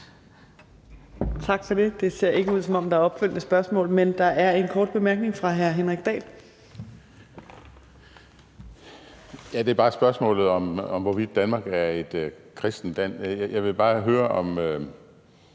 Tak for det. Det ser ikke ud, som om der er opfølgende spørgsmål, men der er en kort bemærkning fra hr. Henrik Dahl. Kl. 18:15 Henrik Dahl (LA): Ja, det er bare om spørgsmålet om, hvorvidt Danmark er et kristent land. Jeg vil bare høre, om